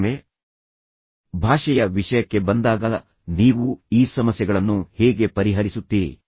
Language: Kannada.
ಮತ್ತೊಮ್ಮೆ ಭಾಷೆಯ ವಿಷಯಕ್ಕೆ ಬಂದಾಗ ನೀವು ಈ ಸಮಸ್ಯೆಗಳನ್ನು ಹೇಗೆ ಪರಿಹರಿಸುತ್ತೀರಿ